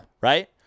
Right